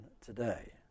today